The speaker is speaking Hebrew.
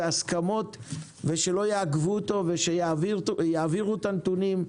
והסכמות ושלא יעכבו אותו ושיעבירו את הנתונים,